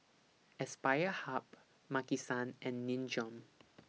Aspire Hub Maki San and Nin Jiom